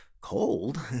Cold